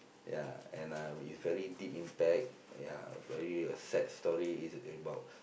ya and uh it's very deep impact ya very a sad story it's about